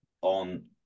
on